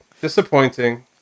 disappointing